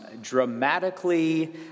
dramatically